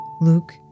Luke